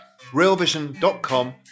realvision.com